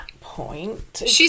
point